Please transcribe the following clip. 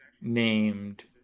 named